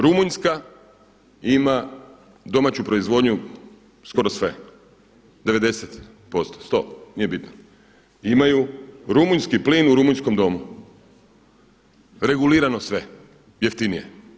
Rumunjska ima domaću proizvodnju skoro sve 90, 100% nije bitno imaju rumunjski plin u rumunjskom domu, regulirano sve jeftinije.